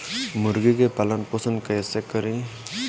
मुर्गी के पालन पोषण कैसे करी?